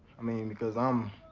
i mean, because i'm.